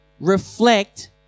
reflect